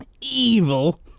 Evil